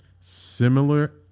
Similar